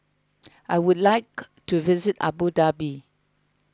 I would like to visit Abu Dhabi